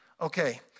Okay